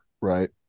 Right